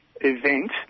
event